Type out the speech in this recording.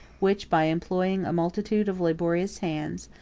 which, by employing a multitude of laborious hands,